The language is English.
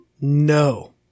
no